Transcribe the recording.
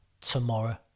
tomorrow